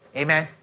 amen